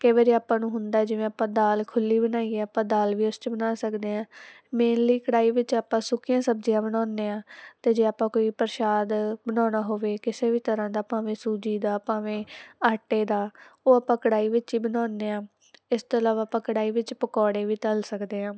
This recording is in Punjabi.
ਕਈ ਵਾਰੀ ਆਪਾਂ ਨੂੰ ਹੁੰਦਾ ਜਿਵੇਂ ਆਪਾਂ ਦਾਲ ਖੁੱਲ੍ਹੀ ਬਣਾਈ ਹੈ ਆਪਾਂ ਦਾਲ ਵੀ ਉਸ 'ਚ ਬਣਾ ਸਕਦੇ ਹੈ ਮੇਨਲੀ ਕੜਾਹੀ ਵਿੱਚ ਆਪਾਂ ਸੁੱਕੀਆਂ ਸਬਜ਼ੀਆਂ ਬਣਾਉਂਦੇ ਹਾਂ ਅਤੇ ਜੇ ਆਪਾਂ ਕੋਈ ਪ੍ਰਸ਼ਾਦ ਬਣਾਉਣਾ ਹੋਵੇ ਕਿਸੇ ਵੀ ਤਰ੍ਹਾਂ ਦਾ ਭਾਵੇਂ ਸੂਜੀ ਦਾ ਭਾਵੇਂ ਆਟੇ ਦਾ ਉਹ ਆਪਾਂ ਕੜਾਹੀ ਵਿੱਚ ਹੀ ਬਣਾਉਂਦੇ ਹਾਂ ਇਸ ਤੋਂ ਇਲਾਵਾ ਆਪਾਂ ਕੜਾਹੀ ਵਿੱਚ ਪਕੌੜੇ ਵੀ ਤਲ ਸਕਦੇ ਹਾਂ